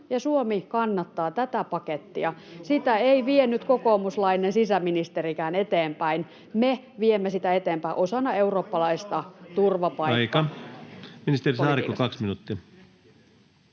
Suomi kannattaa tätä pakettia. Sitä ei vienyt kokoomuslainen sisäministerikään eteenpäin. Me viemme sitä eteenpäin osana [Puhemies: Aika!] eurooppalaista turvapaikkapolitiikkaa.